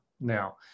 Now